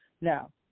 Now